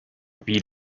wie